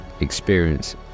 experience